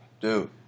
Dude